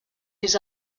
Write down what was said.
his